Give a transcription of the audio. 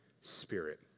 Spirit